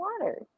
water